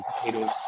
potatoes